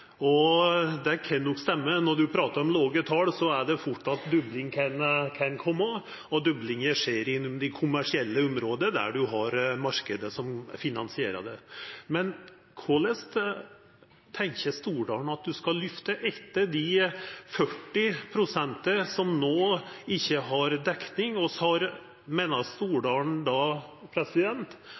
åra. Det kan nok stemma, for når ein pratar om låge tal, kan dobling fort skje, og doblinga skjer i dei kommersielle områda, der ein har ein marknad som finansierar det. Men korleis tenkjer Stordalen at ein skal løfta dei 40 pst. som no ikkje har dekning? Meiner Stordalen